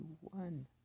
one